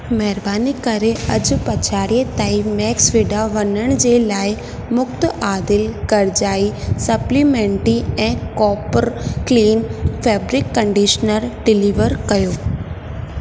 महिबानी करे अॼु पछाड़ीअ ताईं मैक्सविडा वॾनि जे लाइ मुक्तादिल गर्जाई सप्लीमेंटी ऐं कोपड़ क्लीन फैब्रिक कंडीशनर डिलीवर करियो